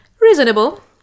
reasonable